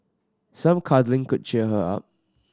some cuddling could cheer her up